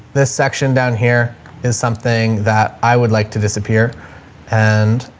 this section down here is something that i would like to disappear and